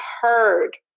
heard